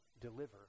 deliver